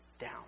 down